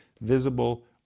visible